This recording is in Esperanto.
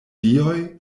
dioj